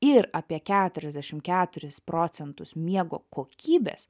ir apie keturiasdešim keturis procentus miego kokybės